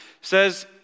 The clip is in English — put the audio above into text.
says